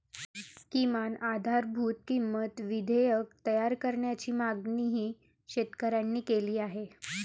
किमान आधारभूत किंमत विधेयक तयार करण्याची मागणीही शेतकऱ्यांनी केली आहे